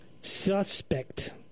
suspect